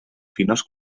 fines